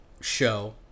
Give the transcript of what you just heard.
show